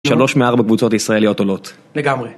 שלוש מארבע קבוצות ישראליות עולות. לגמרי.